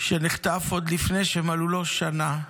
שנחטף עוד לפני שמלאה לו שנה בחיים,